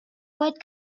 what